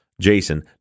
Jason